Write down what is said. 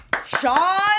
Sean